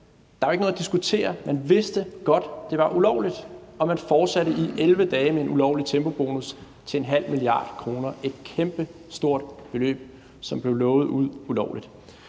Der er ikke noget at diskutere. Man vidste godt, det var ulovligt, og man fortsatte i 11 dage med en ulovlig tempobonus på 0,5 mia. kr. – et kæmpestort beløb, som blev lovet ud ulovligt.